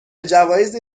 جوایزی